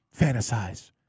fantasize